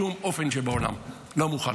בשום אופן שבעולם, לא מוכן.